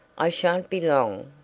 i shan't be long.